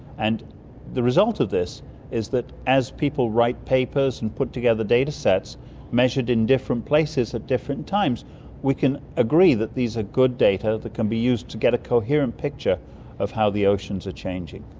and the results of this is that as people write papers and put together datasets measured in different places at different times we can agree that these are good data that can be used to get a coherent picture of how the oceans are changing.